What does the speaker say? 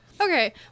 Okay